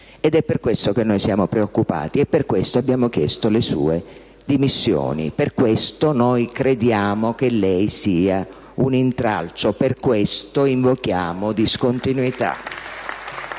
È per questo che noi siamo preoccupati e per questo abbiamo chiesto le sue dimissioni. Per questo noi crediamo che lei sia un intralcio; per questo invochiamo discontinuità.